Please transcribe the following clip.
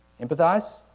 Empathize